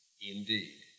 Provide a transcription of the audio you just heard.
Indeed